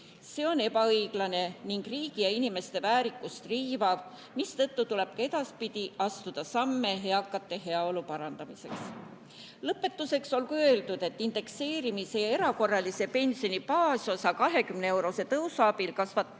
See on ebaõiglane ning riigi ja inimeste väärikust riivav, mistõttu tuleb ka edaspidi astuda samme eakate heaolu parandamiseks. Lõpetuseks olgu öeldud, et indekseerimise ja pensioni baasosa erakorralise 20‑eurose tõusu abil kasvab